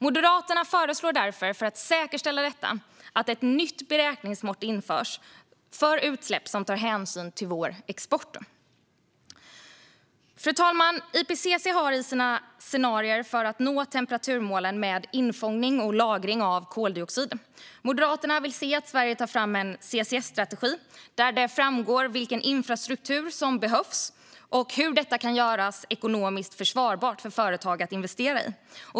För att säkerställa detta föreslår Moderaterna att ett nytt beräkningsmått införs för utsläpp, som tar hänsyn till vår export. Fru talman! IPCC har med infångning och lagring av koldioxid i sina scenarier när det gäller att nå temperaturmålen. Moderaterna vill se att Sverige tar fram en CCS-strategi, där det framgår vilken infrastruktur som behövs och hur detta kan göras ekonomiskt försvarbart för företag att investera i.